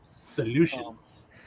Solutions